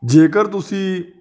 ਜੇਕਰ ਤੁਸੀਂ